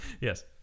Yes